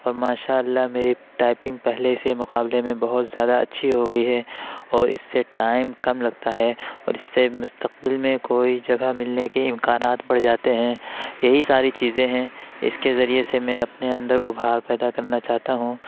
اور ماشاء اللہ میری ٹائپنگ پہلے سے مقابلے میں بہت زیادہ اچھی ہو گئی ہے اور اس سے ٹائم کم لگتا ہے اور اس سے مستقبل میں کوئی جگہ ملنے کی امکانات بڑھ جاتے ہیں یہی ساری چیزیں ہیں اس کے ذریعے سے میں اپنے اندر ابھار پیدا کرنا چاہتا ہوں